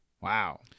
Wow